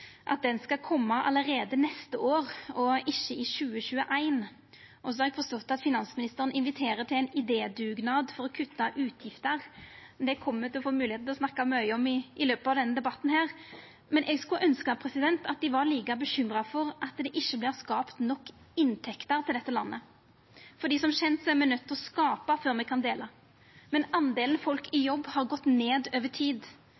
at den skal koma allereie neste år, og ikkje i 2021, og så har eg forstått at finansministeren inviterer til ein idédugnad for å kutta utgifter. Det kjem me til å få moglegheita til å snakka mykje om i løpet av denne debatten, men eg skulle ønskja at dei var like bekymra for at det ikkje vert skapt nok inntekter til dette landet. Som kjent er me nøydde til å skapa før me kan dela, men delen folk i jobb har gått ned over tid.